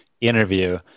interview